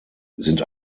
sind